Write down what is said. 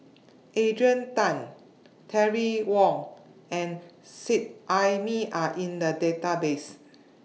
Adrian Tan Terry Wong and Seet Ai Mee Are in The Database